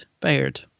Baird